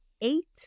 eight